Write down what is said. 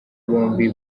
bombi